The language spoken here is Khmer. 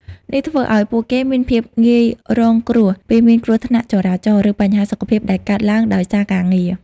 នេះធ្វើឱ្យពួកគេមានភាពងាយរងគ្រោះពេលមានគ្រោះថ្នាក់ចរាចរណ៍ ឬបញ្ហាសុខភាពដែលកើតឡើងដោយសារការងារ។